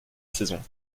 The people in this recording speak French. saison